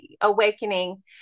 awakening